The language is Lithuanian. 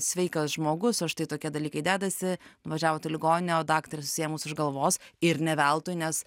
sveikas žmogus o štai tokie dalykai dedasi važiavot į ligoninę o daktarė susiėmus už galvos ir ne veltui nes